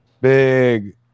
Big